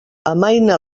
amaina